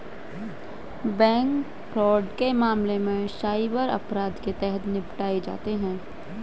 bank fraud के मामले cyber अपराध के तहत निपटाए जाते हैं